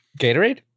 Gatorade